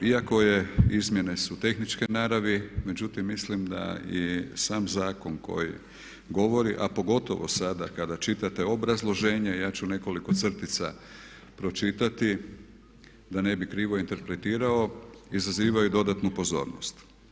Iako je izmjene su tehničke naravi, međutim mislim da i sam zakon koji govori, a pogotovo sada kada čitate obrazloženje ja ću nekoliko crtica pročitati da ne bi krivo interpretirao izazivaju dodatnu pozornost.